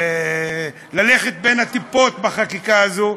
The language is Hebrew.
ללכת בין הטיפות בחקיקה הזאת.